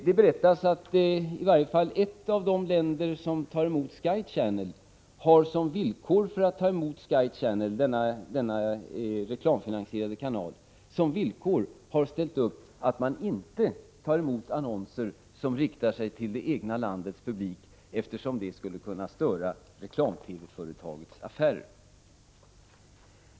Det berättas att i varje fall ett av de länder som tar emot Sky Channel — denna reklamfinansierade kanal — som villkor för att ta emot dess program har ställt upp att man inte tar emot annonser som riktar sig till det egna landets publik, eftersom det skulle kunna störa reklam-TV-företagets affärer.